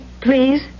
please